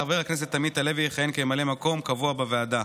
חבר הכנסת עמית הלוי יכהן כממלא מקום קבוע בוועדה,